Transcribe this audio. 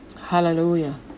hallelujah